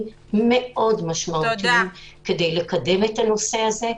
מאוד משמעותיים כדי לקדם את הנושא הזה,